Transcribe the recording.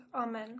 Amen